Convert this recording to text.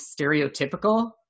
stereotypical